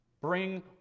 Bring